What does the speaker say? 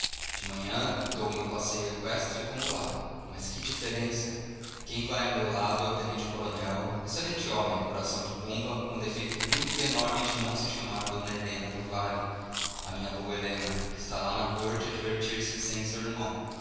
de manhã dou o meu passeio eqüestre como lá mas que diferença quem vai a meu lado é o tenente-coronel excelente homem coração de pomba com o defeito único e enorme de se não chamar d helena do vale a minha boa helena que lá está na corte a divertir-se sem seu irmão